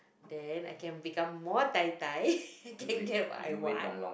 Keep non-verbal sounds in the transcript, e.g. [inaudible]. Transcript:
then I can become more tai-tai [laughs] I can get what I want